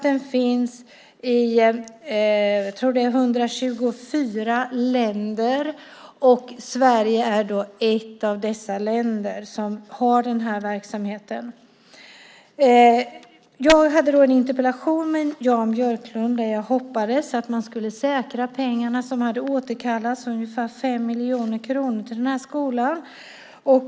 Den finns i, tror jag, 124 länder, och Sverige är ett av dessa länder som har den här verksamheten. Jag hade även en interpellationsdebatt med Jan Björklund där jag hoppades att man skulle säkra pengarna som hade återkallats, ungefär 5 miljoner kronor, till den här skolan.